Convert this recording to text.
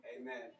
Amen